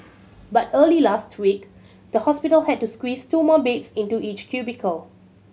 but early last week the hospital had to squeeze two more beds into each cubicle